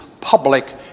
public